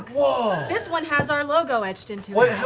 this one has our logo etched into it.